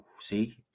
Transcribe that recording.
see